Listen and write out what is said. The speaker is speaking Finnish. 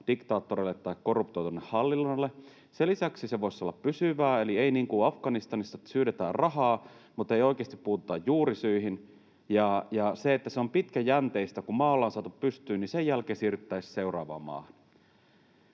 diktaattoreille tai korruptoituneelle hallinnolle. Sen lisäksi se työ voisi olla pysyvää eikä sellaista niin kuin Afganistanissa, että syydetään rahaa mutta ei oikeasti puututa juurisyihin. Ja sen pitäisi olla pitkäjänteistä: kun maa ollaan saatu pystyyn, niin sen jälkeen siirryttäisiin seuraavaan maahan.